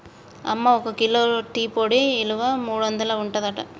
అమ్మ ఒక kilo tea పొడి ఇలువ మూడొందలు ఉంటదట